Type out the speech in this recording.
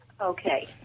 Okay